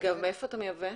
אגב, מהיכן אתה מייבא?